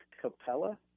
Capella